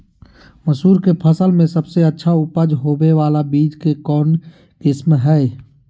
मसूर के फसल में सबसे अच्छा उपज होबे बाला बीज के कौन किस्म हय?